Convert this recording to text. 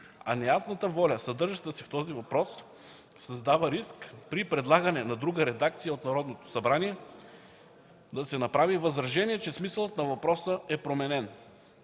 А неясната воля, съдържаща се в този въпрос, създава риск при предлагане на друга редакция от Народното събрание, да се направи възражение, че смисълът на въпроса е променен.